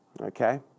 Okay